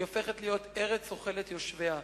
היא הופכת להיות ארץ אוכלת יושביה.